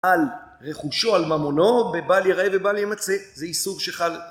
על רכושו, על ממונו, בבל יראה ובל ימצא, זה איסור שחל...